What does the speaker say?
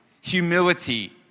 humility